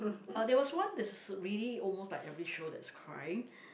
uh there was one that's really almost like every show that's crying